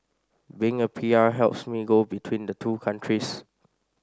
being a P R helps me go between the two countries